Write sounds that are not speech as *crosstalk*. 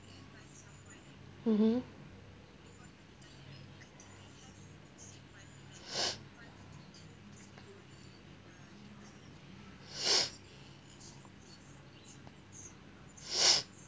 mmhmm *breath* *breath* *breath*